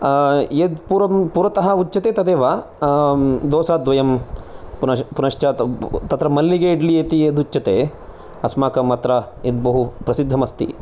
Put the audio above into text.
यद् पूर्वं पुरतः उच्यते तदेव दोसा द्वयं पूनश्च तत्र मल्लिगे इडली इति यदुच्यते अस्माकम् अत्र यद् बहु प्रसिद्धम् अस्ति